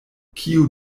kiu